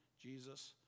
Jesus